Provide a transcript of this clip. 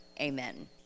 amen